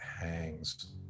hangs